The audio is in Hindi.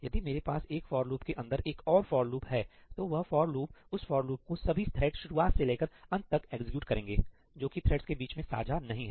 यदि मेरे पास एक फॉर लूप के अंदर एक और फॉर लूप है तो वह फॉर लूपउस फॉर लूपको सभी थ्रेड शुरुआत से लेकर अंत तक एक्जिक्यूट करेंगे जो कि थ्रेड्स के बीच में साझा नहीं है